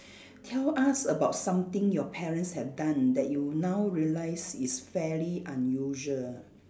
tell us about something your parents have done that you now realise is very unusual